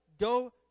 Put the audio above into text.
go